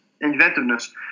inventiveness